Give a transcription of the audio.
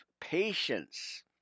patience